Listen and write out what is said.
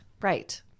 right